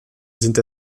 sind